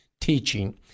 teaching